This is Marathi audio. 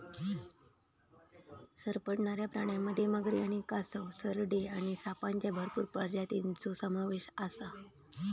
सरपटणाऱ्या प्राण्यांमध्ये मगरी आणि कासव, सरडे आणि सापांच्या भरपूर प्रजातींचो समावेश आसा